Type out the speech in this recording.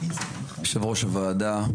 יושב ראש הוועדה,